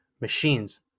machines